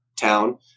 town